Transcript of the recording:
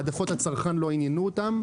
העדפות הצרכן לא עניינו אותם.